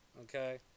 okay